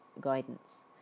guidance